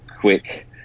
quick